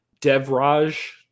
Devraj